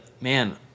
man